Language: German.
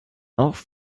auch